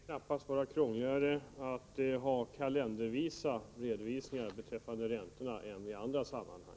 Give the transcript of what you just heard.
Fru talman! Det kan knappast vara krångligare att ha kalenderårsvisa redovisningar beträffande räntorna än det är i andra sammanhang.